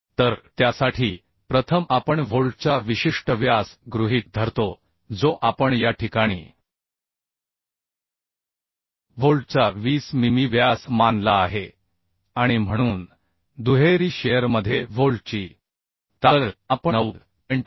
तर त्यासाठी प्रथम आपण व्होल्टचा विशिष्ट व्यास गृहीत धरतो जो आपण या ठिकाणी व्होल्टचा 20 मिमी व्यास मानला आहे आणि म्हणून दुहेरी शिअर मध्ये व्होल्टची ताकद आपण 90